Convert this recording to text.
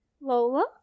Lola